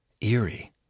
eerie